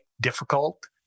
difficult